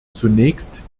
zunächst